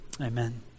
Amen